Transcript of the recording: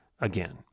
Again